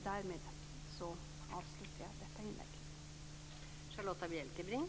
Därmed avslutar jag detta inlägg.